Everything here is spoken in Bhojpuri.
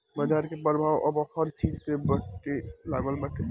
बाजार के प्रभाव अब हर चीज पे पड़े लागल बाटे